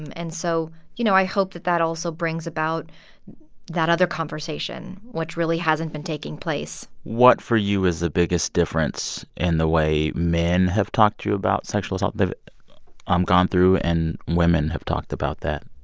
and so, you know, i hope that that also brings about that other conversation, which really hasn't been taking place what, for you, is the biggest difference in the way men have talked to you about sexual assault they've um gone through and women have talked about that.